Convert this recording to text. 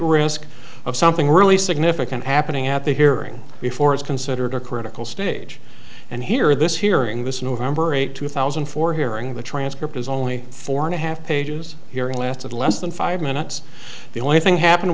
risk of something really significant happening at the hearing before it's considered a critical stage and here this hearing this november eighth two thousand and four hearing the transcript is only four and a half pages hearing lasted less than five minutes the only thing happened